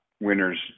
winners